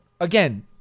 Again